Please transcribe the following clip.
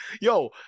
Yo